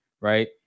right